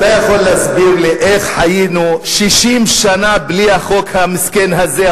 אתה יכול להסביר לי איך חיינו 60 שנה בלי החוק המסכן הזה,